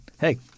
hey